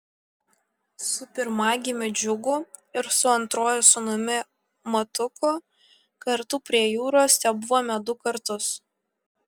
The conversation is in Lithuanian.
su pirmagimiu džiugu ir su antruoju sūnumi matuku kartu prie jūros tebuvome du kartus